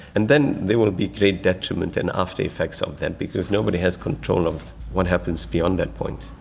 and then there will be great detriment and aftereffects of that, because nobody has control of what happens beyond that point.